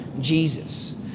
Jesus